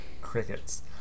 crickets